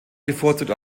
bevorzugt